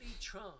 try